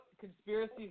conspiracy